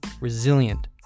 resilient